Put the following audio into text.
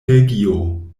belgio